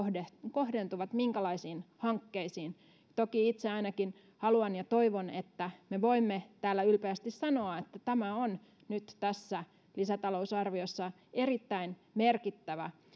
kohdentuvat minkälaisiin hankkeisiin toki itse ainakin haluan ja toivon että me voimme täällä ylpeästi sanoa että tämä on nyt tässä lisätalousarviossa erittäin merkittävä